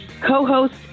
co-host